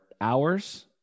hours